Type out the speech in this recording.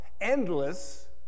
endless